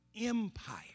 empire